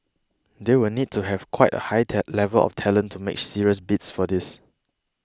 they will need to have quite a high level of talent to make serious bids for these